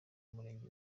umurenge